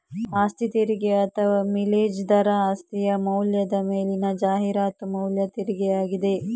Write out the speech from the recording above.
ಆಸ್ತಿ ತೆರಿಗೆ ಅಥವಾ ಮಿಲೇಜ್ ದರ ಆಸ್ತಿಯ ಮೌಲ್ಯದ ಮೇಲಿನ ಜಾಹೀರಾತು ಮೌಲ್ಯ ತೆರಿಗೆಯಾಗಿದೆ